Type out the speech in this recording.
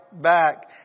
back